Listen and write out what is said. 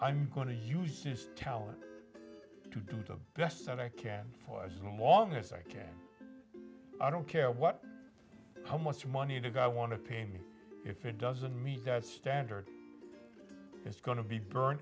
i'm going to use his talent to do the best that i can for as long as i can i don't care what how much money to go i want to pay me if it doesn't meet that standard it's going to be burn